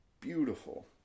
beautiful